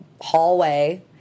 hallway